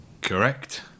Correct